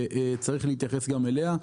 וצריך להתייחס גם אליה.